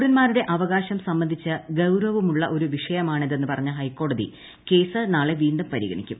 പൌരന്മാരുടെ അവകാശം സംബന്ധിച്ചു ഗൌരവമുള്ള ഒരു വിഷയമാണിതെന്ന് പറഞ്ഞ ഹൈക്കോടതി കേസ് നാളെ വീണ്ടും പരിഗണിക്കും